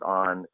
on